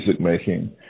music-making